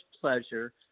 pleasure